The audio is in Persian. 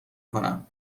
کنم